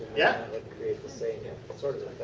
yeah would create the same sort of